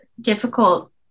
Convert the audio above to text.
difficult